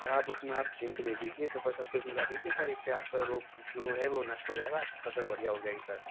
sir उसमें आप zinc दे दीजिए सुपर सल्फेट मिला लीजिए सर इससे आपका रोग जो है वो नष्ट हो जाएगा फसल बढ़िया हो जाएगी सर